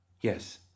Yes